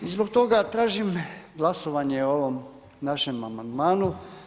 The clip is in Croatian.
I zbog toga tražim glasovanja o ovom našem amandmanu.